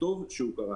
וטוב שהוא קרה.